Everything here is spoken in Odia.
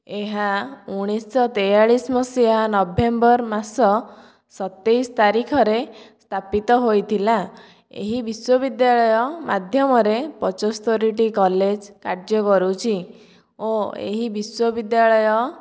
ଏହା ଉଣେଇଶହ ତେୟାଳିସ ମସିହା ନଭେମ୍ବର ମାସ ସତେଇଶ ତାରିଖରେ ସ୍ଥାପିତ ହୋଇଥିଲା ଏହି ବିଶ୍ୱବିଦ୍ୟାଳୟ ମାଧ୍ୟମରେ ପଞ୍ଚସ୍ତରି ଟି କଲେଜ କାର୍ଯ୍ୟ କରୁଛି ଓ ଏହି ବିଶ୍ୱବିଦ୍ୟାଳୟ